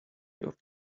your